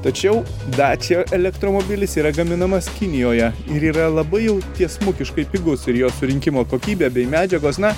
tačiau dacia elektromobilis yra gaminamas kinijoje ir yra labai jau tiesmukiškai pigus ir jo surinkimo kokybė bei medžiagos na